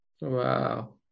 Wow